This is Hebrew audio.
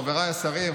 חבריי השרים,